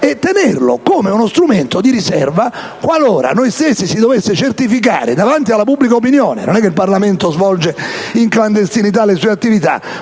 e tenerlo come uno strumento di riserva: qualora noi stessi si dovesse certificare davanti alla pubblica opinione - non è che il Parlamento svolga in clandestinità le sue attività